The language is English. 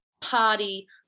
party